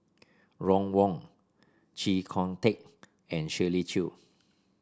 Ron Wong Chee Kong Tet and Shirley Chew